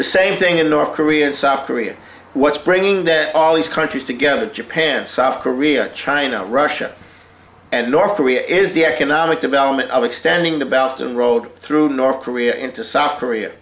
the same thing in north korea and south korea what's bringing that all these countries together japan south korea china russia and north korea is the economic development of extending the belgian road through north korea into south korea